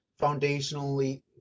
Foundationally